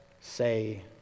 say